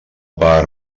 part